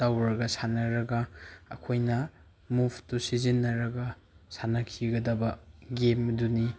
ꯇꯧꯔꯒ ꯁꯥꯟꯅꯔꯒ ꯑꯩꯈꯣꯏꯅ ꯃꯨꯕꯇꯨ ꯁꯤꯖꯤꯟꯅꯔꯒ ꯁꯥꯟꯅꯈꯤꯒꯗꯕ ꯒꯦꯝ ꯑꯗꯨꯅꯤ